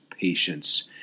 patience